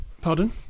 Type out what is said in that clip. Pardon